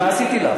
מה עשיתי?